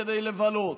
כדי לבלות.